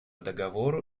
договору